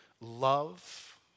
love